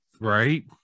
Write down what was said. Right